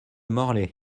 morlaix